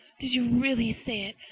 did you really say it?